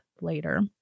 later